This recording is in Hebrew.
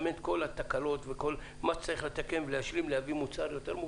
התקלות וכל מה שצריך לתקן ולהביא מוצר יותר מוגמר.